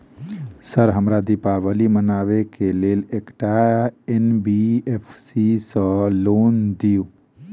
Sir हमरा दिवाली मनावे लेल एकटा एन.बी.एफ.सी सऽ लोन दिअउ?